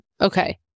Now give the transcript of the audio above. Okay